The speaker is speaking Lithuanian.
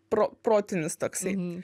pro protinis toksai